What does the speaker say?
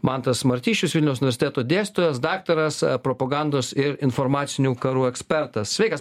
mantas martišius vilniaus universiteto dėstytojas daktaras propagandos ir informacinių karų ekspertas sveikas